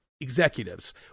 executives